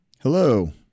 Hello